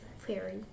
fairy